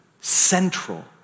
central